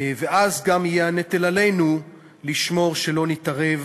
ואז גם יהיה הנטל עלינו לשמור שלא נתערב